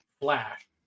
flash